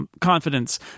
confidence